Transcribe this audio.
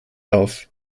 auf